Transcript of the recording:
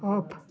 of